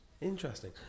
Interesting